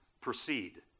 proceed